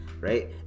right